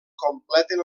completen